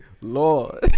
Lord